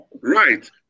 Right